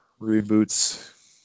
Reboots